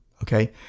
Okay